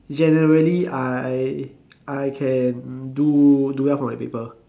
generally I I can do do well for my paper